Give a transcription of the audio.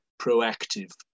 proactive